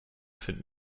finden